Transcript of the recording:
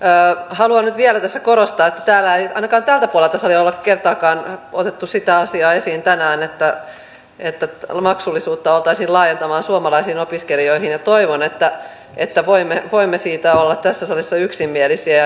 haluan nyt vielä tässä korostaa että täällä ei ainakaan tältä puolelta salia ole kertaakaan otettu sitä asiaa esiin tänään että maksullisuutta oltaisiin laajentamassa suomalaisiin opiskelijoihin ja toivon että voimme siitä olla tässä salissa yksimielisiä